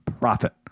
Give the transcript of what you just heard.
Profit